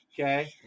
Okay